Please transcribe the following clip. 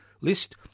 list